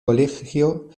colegio